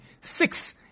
Six